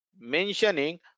Mentioning